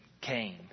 came